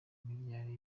miliyari